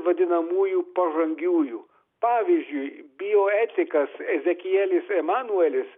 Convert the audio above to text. vadinamųjų pažangiųjų pavyzdžiui bioetikas ezekielis emanuelis